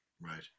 Right